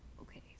okay